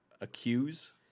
accuse